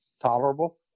tolerable